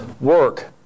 work